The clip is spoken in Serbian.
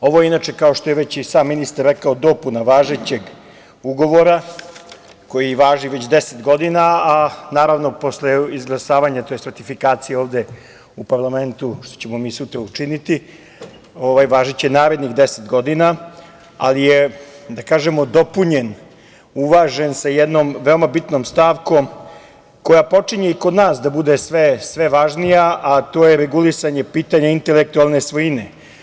Ovo je, inače, kao što je već i sam ministar rekao, dopuna važećeg ugovora koji važi već 10 godina, a naravno, posle izglasavanja, tj. ratifikacije, ovde u parlamentu, što ćemo mi sutra učiniti, važiće narednih 10 godina ali je, da kažemo, dopunjen, uvažen, sa jednom veoma bitnom stavkom, koja počinje i kod nas da bude sve važnija, a to je regulisanje pitanja intelektualne svojine.